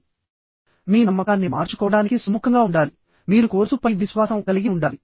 మరియు మీ నమ్మకాన్ని మార్చుకోవడానికి మీరు సుముఖంగా ఉండాలి మరియు మీరు కోర్సు పై విశ్వాసం కలిగి ఉండాలి